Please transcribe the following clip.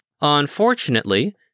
Unfortunately